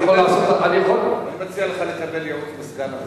אני מציע לך לקבל ייעוץ מסגן המזכיר.